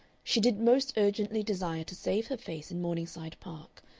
she did most urgently desire to save her face in morningside park,